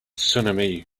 tsunami